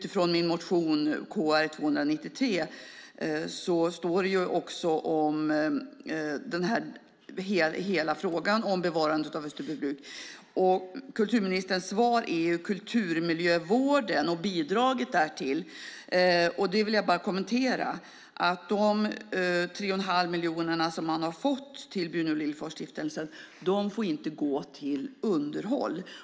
I min motion KrU293 står det om bevarandet av Österbybruk. Kulturministerns svar gäller bidraget till kulturmiljövården. Det vill jag kommentera. De 3 1⁄2 miljoner som Bruno Liljefors stiftelse har fått får inte gå till underhåll.